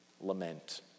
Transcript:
lament